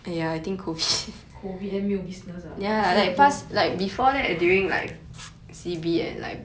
COVID then 没有 business ah 还是很多